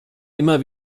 immer